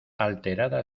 alterada